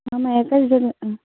मा मा गाज्रि जादों